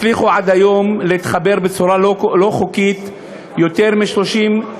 הצליחו עד היום להתחבר בצורה לא חוקית יותר מ-30,000,